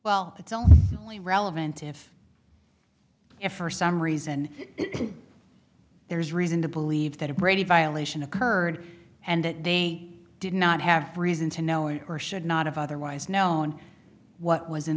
well it's only only relevant if if for some reason there's reason to believe that a brady violation occurred and that they did not have reason to know it or should not have otherwise known what was in